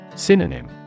Synonym